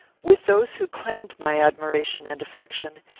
with those who claimed my admiration and affection,